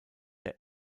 der